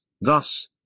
Thus